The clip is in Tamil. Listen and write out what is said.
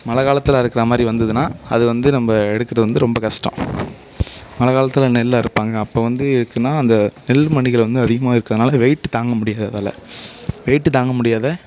மழைக் காலத்தில் இருக்கிற மாதிரி வந்ததுன்னா அது வந்து நம்ப எடுக்கிறது வந்து ரொம்ப கஷ்டம் மழைக் காலத்தில் நெல் அறுப்பாங்க அப்போ வந்து எதுக்குன்னால் அந்த நெல் மணிகள் வந்து அதிகமாக இருக்கிறதுனால வெயிட் தாங்கமுடியாது அதால் வெயிட் தாங்க முடியாத